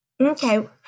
Okay